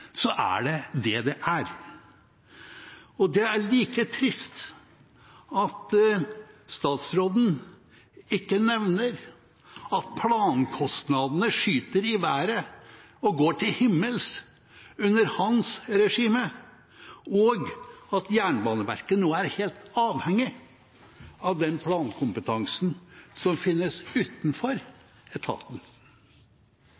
Så kan vi naturligvis diskutere om dette er privatisering eller ikke, men etter mine begreper er det det det er. Og det er like trist at statsråden ikke nevner at plankostnadene skyter i været og går til himmels under hans regime, og at Jernbaneverket nå er helt avhengig av den